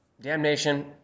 damnation